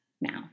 now